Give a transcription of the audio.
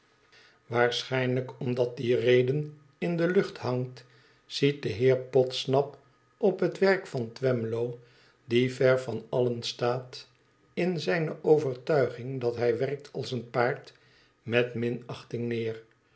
waarschijnlijk omdat die reden in de lucht hangt ziet de heer podsnap op het werk van twemlow die ver van alleen staat in zijne overtuiging dat hij werkt als een paard met minachting neer